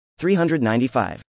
395